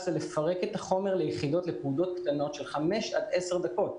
זה לפרק את החומר ליחידות קטנות של 5 עד 10 דקות.